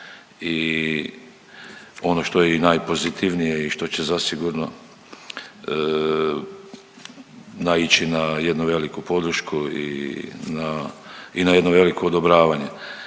i ono što je i najpozitivnije i što će zasigurno naići na jednu veliku podršku i na jedno veliko odobravanje